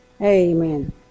Amen